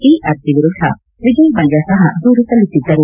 ಈ ಅರ್ಜಿ ವಿರುದ್ದ ವಿಜಯ್ ಮಲ್ಲ ಸಹ ದೂರು ಸಲ್ಲಿಸಿದ್ದರು